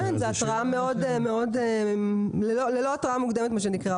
כן, זה ללא התראה מוקדמת, מה שנקרא.